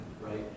right